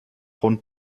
rund